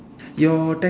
your that